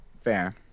Fair